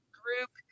group